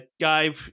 guy